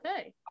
Okay